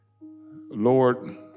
Lord